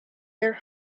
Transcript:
their